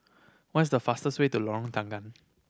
what's the fastest way to Lorong Tanggam